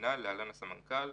נמנה (להלן הסמנכ"ל),